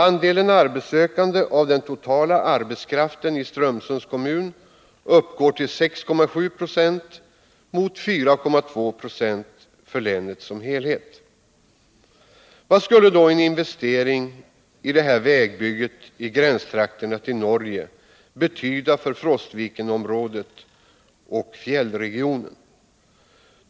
Andelen arbetssökande av den totala arbetskraften i Strömsunds kommun uppgår till 6,7 70 mot 4,2 Ze för länet som helhet. Vad skulle då en investering i detta vägbygge i gränstrakterna till Norge betyda för Frostvikenområdet och fjällregionen?